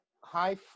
high